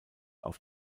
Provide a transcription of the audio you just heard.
auf